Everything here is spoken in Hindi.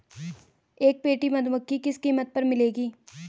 एक पेटी मधुमक्खी किस कीमत पर मिलेगी?